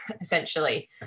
essentially